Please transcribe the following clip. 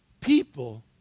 people